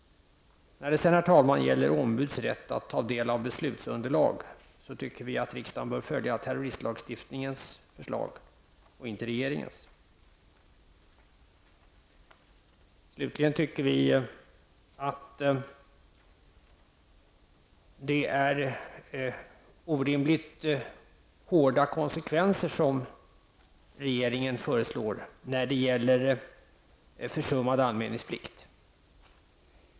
När det gäller ombuds rätt att ta del av beslutsunderlag tycker vi att riksdagen bör följa terroristlagstiftningskommitténs förslag och inte regeringens. Slutligen tycker vi att det är orimligt hårda konsekvenser som regeringen föreslår när det gäller en försummad anmälningsplikt.